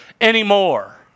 anymore